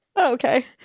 okay